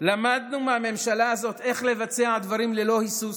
למדנו מהממשלה הזאת איך לבצע דברים ללא היסוס,